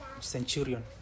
centurion